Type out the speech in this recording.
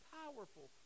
powerful